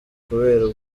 kubera